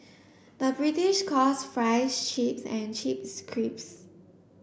the British calls fries chips and chips crisps